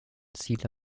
ziele